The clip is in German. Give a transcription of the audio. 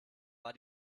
war